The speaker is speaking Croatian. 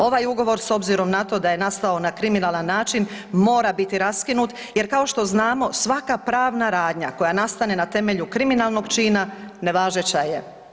Ovaj ugovor s obzirom na to da je nastao na kriminalan način mora biti raskinut jer kao što znamo svaka pravna radnja koja nastane na temelju kriminalnog čina nevažeća je.